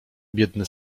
biedny